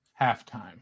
halftime